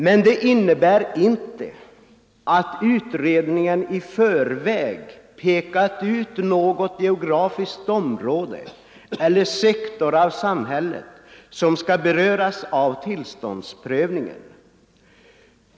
Men detta innebär inte att utredningen i förväg pekat ut något geografiskt område eller någon sektor av samhället som skall beröras av tillståndsprövningen.